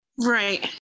Right